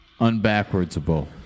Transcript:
Unbackwardsable